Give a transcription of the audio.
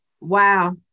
Wow